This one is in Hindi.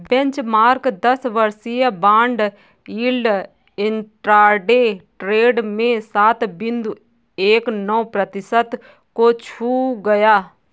बेंचमार्क दस वर्षीय बॉन्ड यील्ड इंट्राडे ट्रेड में सात बिंदु एक नौ प्रतिशत को छू गया